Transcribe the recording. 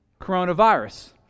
coronavirus